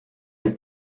than